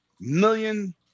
million